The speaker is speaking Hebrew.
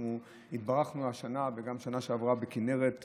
אנחנו התברכנו השנה וגם בשנה שעברה בכינרת מלאה,